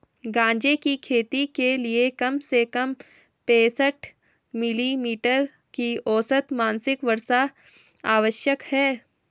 गांजे की खेती के लिए कम से कम पैंसठ मिली मीटर की औसत मासिक वर्षा आवश्यक है